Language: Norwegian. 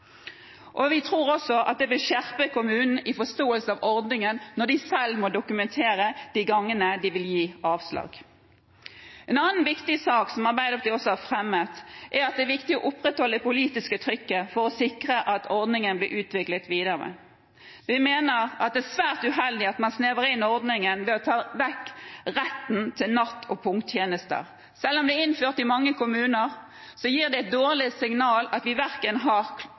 av. Vi tror også at det vil skjerpe kommunen i forståelse av ordningen, når de selv må dokumentere de gangene de vil gi avslag. En annen viktig sak som Arbeiderpartiet også har fremmet, er at det er viktig å opprettholde det politiske trykket for å sikre at ordningen blir utviklet videre. Vi mener at det er svært uheldig at man snevrer inn ordningen ved å ta vekk retten til natt- og punkttjenester. Selv om den er innført i mange kommuner, gir det et dårlig signal at vi verken har